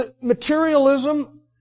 Materialism